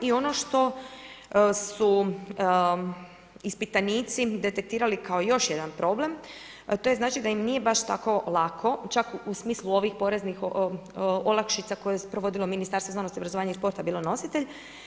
I ono što su ispitanici detektirali kao još jedan problem, a to je znači da im nije baš tako lako čak u smislu ovih poreznih olakšica koje je sprovodilo Ministarstvo znanosti, obrazovanja i sporta bilo nositelj.